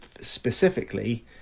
specifically